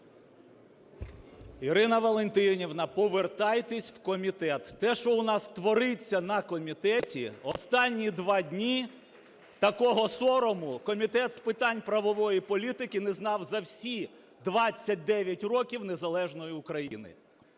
Ірина Валентинівна, повертайтеся в комітет. Те, що у нас твориться на комітеті останні два дні, такого сорому Комітет з питань правової політики не знав за всі 29 років незалежної України.